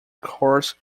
coarse